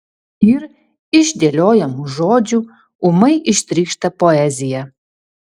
ir iš dėliojamų žodžių ūmai ištrykšta poezija